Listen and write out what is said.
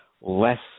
less